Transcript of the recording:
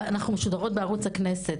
אנחנו משודרות בערוץ הכנסת,